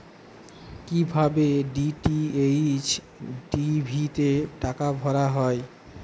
কি ভাবে DTH TV তে টাকা ভরা হয়?